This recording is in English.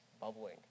bubbling